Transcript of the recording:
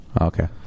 Okay